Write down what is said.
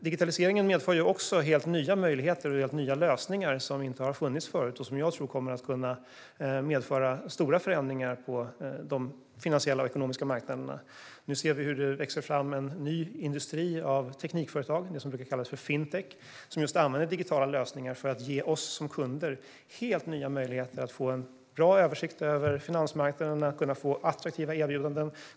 Digitaliseringen medför också helt nya möjligheter och helt nya lösningar som jag tror kommer att medföra stora förändringar på de finansiella och ekonomiska marknaderna. Nu ser vi hur det växer fram en ny industri av teknikföretag - den brukar kallas fintech - som använder digitala lösningar för att ge oss som kunder helt nya möjligheter att få bra översikt över finansmarknaden och attraktiva erbjudanden.